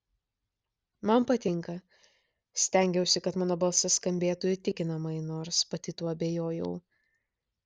man patinka stengiausi kad mano balsas skambėtų įtikinamai nors pati tuo abejojau